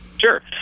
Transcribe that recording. Sure